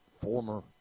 former